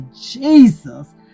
Jesus